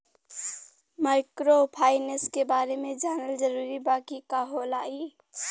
Microfinance के बारे में जानल जरूरी बा की का होला ई?